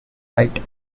wright